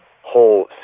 whole